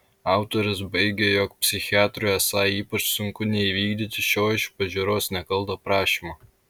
autorius baigia jog psichiatrui esą ypač sunku neįvykdyti šio iš pažiūros nekalto prašymo